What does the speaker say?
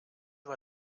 war